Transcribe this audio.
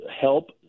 help